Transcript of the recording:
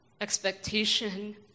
expectation